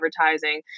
advertising